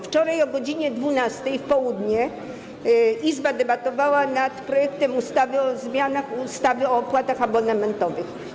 Wczoraj o godz. 12 w południe Izba debatowała nad projektem ustawy o zmianie ustawy o opłatach abonamentowych.